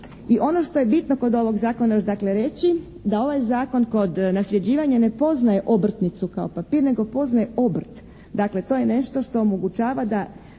I ono što je bitno kod ovog zakona još dakle reći da ovaj zakon kod nasljeđivanja ne poznaje obrtnicu kao papir, nego poznaje obrt. Dakle to je nešto što omogućava da